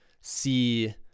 see